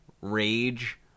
rage